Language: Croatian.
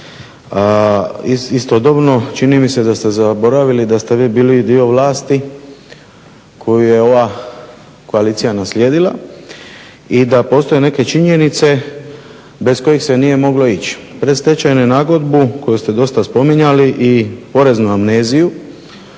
Istodobno čini mi se da ste zaboravili da ste vi bili dio vlasti koju je ova koalicija naslijedila i da postoje neke činjenice bez kojih se nije moglo ići. Predstečajnu nagodbu koju ste dosta spominjali i poreznu amneziju